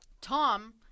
Tom